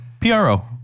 PRO